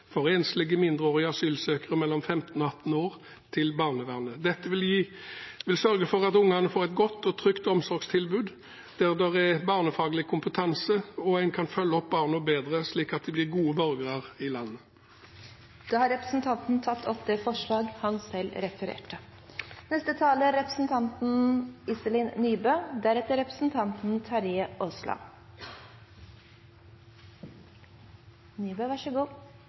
for enslige mindreårige asylsøkere mellom 15 og 18 år til barnevernet. Dette vil sørge for at barna får et godt og trygt omsorgstilbud, der det er barnefaglig kompetanse og en vil kunne følge opp barna bedre, slik at de blir gode borgere i landet vårt. Da har representanten Geir Sigbjørn Toskedal tatt opp det forslaget han refererte til. Både i trontalen og i debatten i dag har dagens økonomiske situasjon vært tatt opp. Jeg er